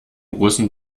russen